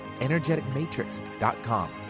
energeticmatrix.com